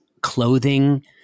clothing